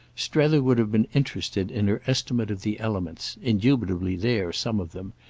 strether would have been interested in her estimate of the elements indubitably there, some of them,